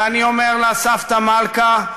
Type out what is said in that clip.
ואני אומר לה: סבתא מלכה,